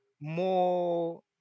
more